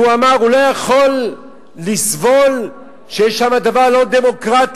הוא אמר: הוא לא יכול לסבול שיש שם דבר לא דמוקרטי,